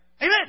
Amen